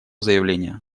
заявление